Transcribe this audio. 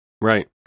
right